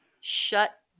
shut